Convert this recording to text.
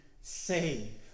save